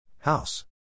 House